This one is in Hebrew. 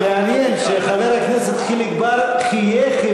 מעניין שחבר הכנסת חיליק בר חייך,